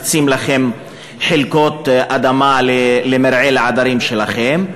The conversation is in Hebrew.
מקצים לכם חלקות אדמה למרעה לעדרים שלכם.